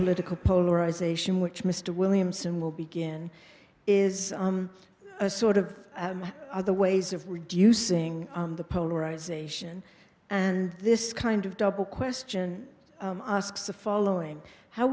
political polarization which mr williamson will begin is a sort of other ways of reducing the polarization and this kind of double question asks the following how